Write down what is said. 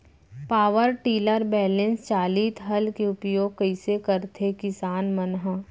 Power tiller balance चालित हल के उपयोग कइसे करथें किसान मन ह?